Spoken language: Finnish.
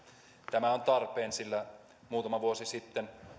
tämä on tarpeen sillä muutama vuosi sitten